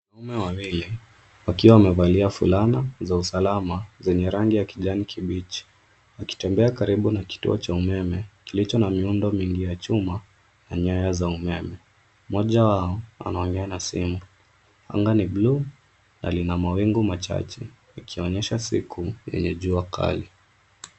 Wanaume Wawili wakiwa wamevalia fulana za usalama zenye rangi ya kijani kibichi wakitembea karibu na kituo cha umeme kilicho na miundo mingi ya chuma na nyaya za umeme. Mmoja wao anaongea na simu. Anga ni bluu na Lina mawingu machache yalionyesha siku yenye jua kali